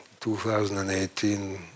2018